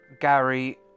Gary